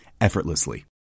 effortlessly